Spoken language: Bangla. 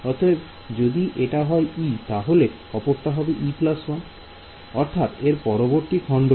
অতএব যদি এটা হয় e তাহলে অপরটি হবে e 1 অর্থাৎ এর পরবর্তী খণ্ডটি